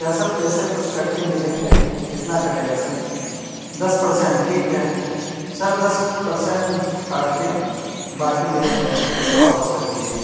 کیا سر پیسے کچھ کٹ کے ملیں گے کتنا کٹے گا سر دس پرسنٹ ٹھیک ہے سر دس پرسنٹ کاٹ کے باقی میرے پیسے واپس کر دیجیے